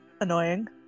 annoying